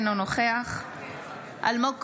אינו נוכח אלמוג כהן,